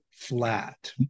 Flat